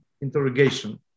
interrogation